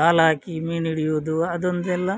ಗಾಳ ಹಾಕಿ ಮೀನು ಹಿಡಿಯುವುದು ಅದೊಂದೆಲ್ಲ